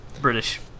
British